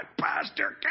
Pastor